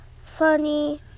funny